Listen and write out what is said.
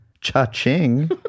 Cha-ching